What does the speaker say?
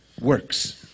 works